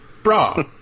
bra